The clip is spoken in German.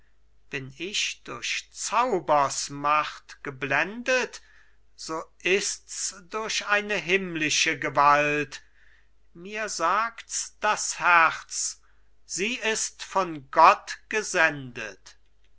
bin ich durch zaubers macht geblendet so ists durch eine himmlische gewalt mir sagts das herz sie ist von gott gesendet